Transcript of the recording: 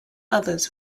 others